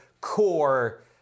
core